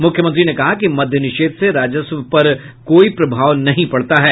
मुख्यमंत्री ने कहा कि मद्यनिषेघ से राजस्व पर कोई प्रभाव नहीं पड़ता है